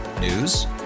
News